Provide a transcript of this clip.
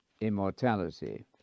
immortality